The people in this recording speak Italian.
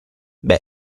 beh